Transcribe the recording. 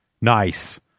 Nice